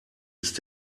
ist